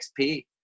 XP